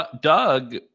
Doug